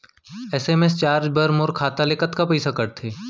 SMS charge बर मोर खाता ले कतका पइसा कटथे?